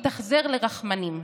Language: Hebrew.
מתאכזר לרחמנים.